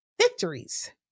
victories